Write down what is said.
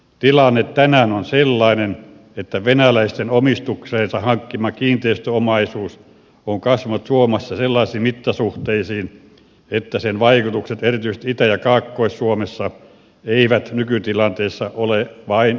tilanne tänään on sellainen että venäläisten omistukseensa hankkima kiinteistöomaisuus on kasvanut suomessa sellaisiin mittasuhteisiin että sen vaikutukset erityisesti itä ja kaakkois suomessa eivät nykytilanteessa ole vain positiivisia